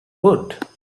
would